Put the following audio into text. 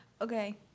Okay